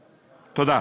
תודה.